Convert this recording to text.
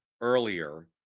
earlier